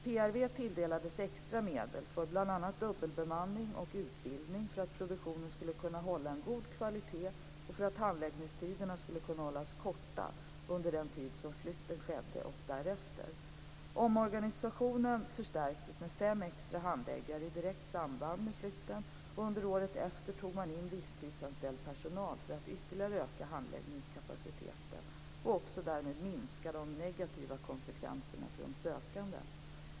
PRV tilldelades extra medel för bl.a. dubbelbemanning och utbildning för att produktionen skulle kunna hålla en god kvalitet och för att handläggningstiderna skulle kunna hållas korta under den tid som flytten skedde och därefter. Organisationen förstärktes med fem extra handläggare i direkt samband med flytten, och året därefter tog man in visstidsanställd personal för att ytterligare öka handläggningskapaciteten och därmed minska de negativa konsekvenserna för de sökande.